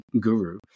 guru